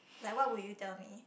like what would you tell me